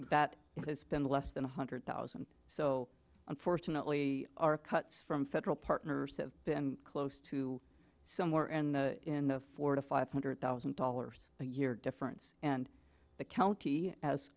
that has been less than one hundred thousand so unfortunately are cut from federal partners have been close to somewhere and in the four to five hundred thousand dollars a year difference and the county as